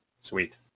Sweet